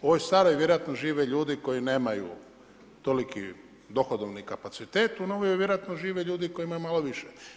U ovoj staroj vjerojatno žive ljudi koji nemaju toliki dohodovni kapacitet, u novijoj vjerojatno žive ljudi koji imaju malo više.